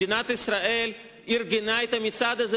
מדינת ישראל ארגנה את המצעד הזה,